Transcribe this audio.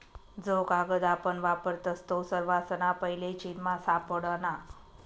जो कागद आपण वापरतस तो सर्वासना पैले चीनमा सापडना